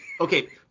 okay